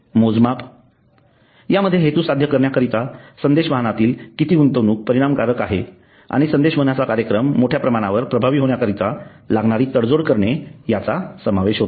मोजमाप यामध्ये हेतू साध्य करण्या करीता संदेश वाहनातील किती गुंतवणूक परिणामकारक आहे आणि संदेश वाहनाचा कार्यक्रम मोठ्या प्रमाणावर प्रभावी होण्याकरीता लागणारी तडजोड करणे याचा समावेश होतो